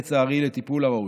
לצערי, לטיפול הראוי.